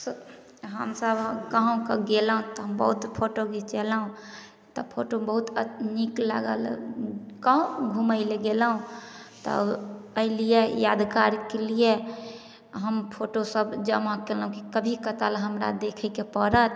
हमसभ कहुँक गेलहुॅं तऽ बहुत्त फोटो घिचेलहुॅं तऽ फोटो बहुत नीक लागल कहुँ घूमै लए गेलहुॅं तऽ अयलियै यादगारके लिए हम फोटो सभ जमा केलहुॅं की कभी कदाल हमरा देखैके पड़त